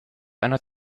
einer